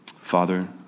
Father